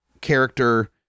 character